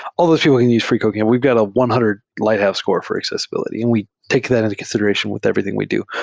all those people can use freecodecamp. we've got a one hundred lighthouse score for accessibility, and we take that into consideration with everything we do.